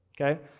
Okay